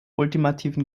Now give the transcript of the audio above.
ultimativen